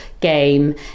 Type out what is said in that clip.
game